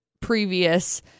previous